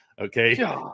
Okay